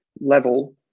level